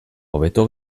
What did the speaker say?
hobeto